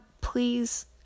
please